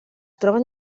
troben